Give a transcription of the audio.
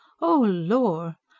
oh, lor!